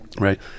right